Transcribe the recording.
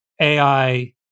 AI